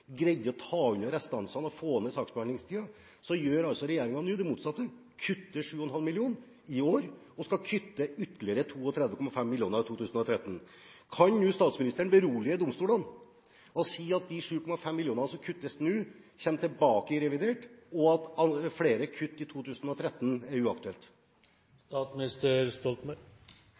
greide å ta unna restansene og få ned saksbehandlingstiden. Likevel gjør altså regjeringen nå det motsatte, kutter 7,5 mill. i år, og skal kutte ytterligere 32,5 mill. kr i 2013. Kan statsministeren nå berolige domstolene og si at de 7,5 mill. kr som kuttes nå, kommer tilbake i revidert, og at flere kutt i 2013 er